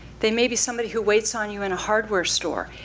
they may be somebody who waits on you in a hardware store.